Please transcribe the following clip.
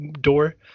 door